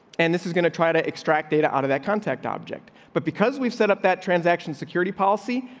and this is gonna try to extract data out of that contact object. but because we've set up that transaction security policy,